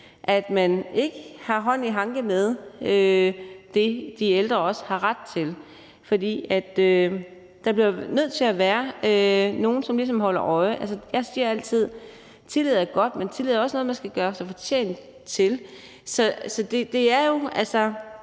at man ikke har hånd i hanke med det, som de ældre har ret til. For der bliver nødt til at være nogen, som ligesom holder øje. Jeg siger altid, at tillid er godt, men tillid er også noget, man skal gøre sig fortjent til. Rigtig mange